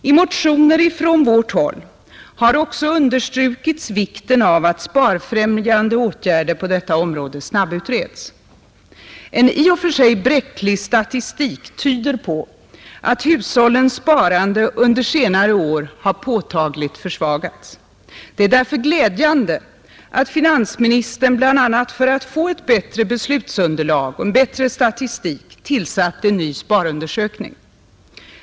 I motioner från vårt håll har också understrukits vikten av att sparfrämjande åtgärder på detta område snabbutreds. En i och för sig bräcklig statistik tyder på att hushållens sparande under senare år har påtagligt försvagats. Det är därför glädjande att finansministern, bl.a. för att få ett bättre beslutsunderlag och en bättre statistik, tillsatt en ny sparundersökning.